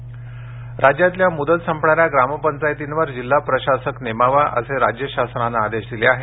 सरपंच राज्यातल्या मुदत संपणार या ग्रामपंचायतींवर जिल्हा प्रशासक नेमावा असे राज्य शासनाने आदेश दिले आहेत